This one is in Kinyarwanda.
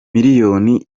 miliyoni